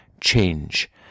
change